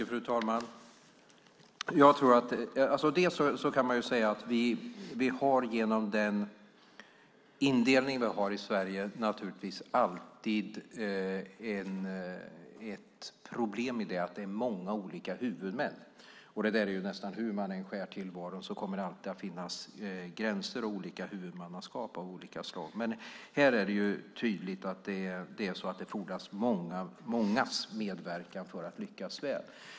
Fru talman! Genom den indelning vi har i Sverige har vi alltid ett problem genom att det är många olika huvudmän. Hur man än skär tillvaron kommer det nästan alltid att finnas gränser och olika huvudmannaskap av olika slag. Här är det tydligt att det fordras mångas medverkan för att lyckas väl.